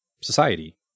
Society